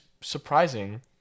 surprising